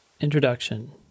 Introduction